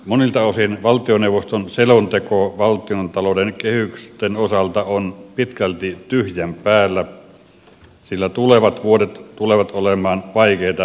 monilta osin valtioneuvoston selonteko valtiontalouden kehysten osalta on pitkälti tyhjän päällä sillä tulevat vuodet tulevat olemaan vaikeita lamavuosia